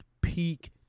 peak